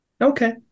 Okay